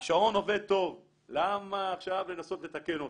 השעון עובד טוב, למה עכשיו לנסות לתקן אותו?